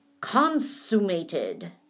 consummated